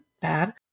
bad